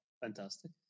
Fantastic